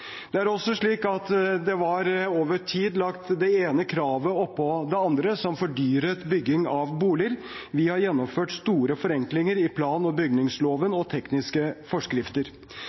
Det er også slik at det over tid var lagt det ene kravet oppå det andre som fordyret bygging av boliger. Vi har gjennomført store forenklinger i plan- og bygningsloven og i tekniske forskrifter.